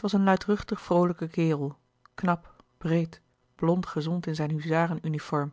was een luidruchtig vroolijke kerel knap breed blond gezond in zijn huzarenuniform